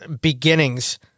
beginnings